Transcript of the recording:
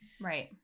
Right